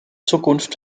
zukunft